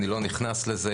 אני לא נכנס לזה.